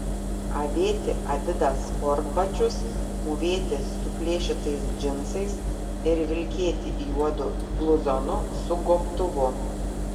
avėti adidas sportbačius mūvėti suplėšytais džinsais ir vilkėti juodu bluzonu su gobtuvu